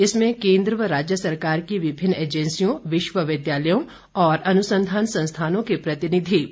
इसमें केन्द्र व राज्य सरकार की विभिन्न एजेंसियों विश्वविद्यालयों और अनुसंधान संस्थानों के प्रतिनिधि भाग ले रहे हैं